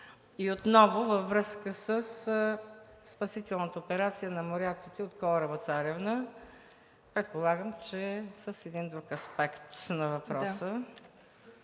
и отново във връзка със спасителната операция на моряците от кораба „Царевна“. Предполагам, че с един друг аспект на въпроса.